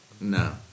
No